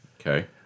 Okay